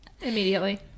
immediately